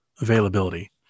availability